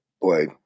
boy